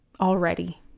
already